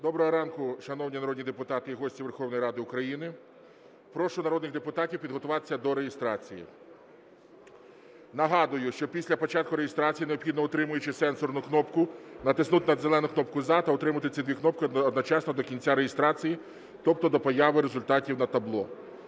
Доброго ранку, шановні народні депутати і гості Верховної Ради України! Прошу народних депутатів підготуватися до реєстрації. Нагадую, що після початку реєстрації необхідно, утримуючи сенсорну кнопку, натиснути на зелену кнопку "За" та утримувати ці дві кнопки одночасно до кінця реєстрації, тобто до появи результатів на табло.